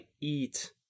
eat